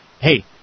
hey